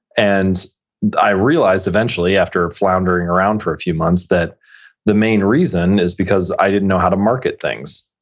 and i realized eventually after floundering around for a few months that the main reason is because i didn't know how to market things.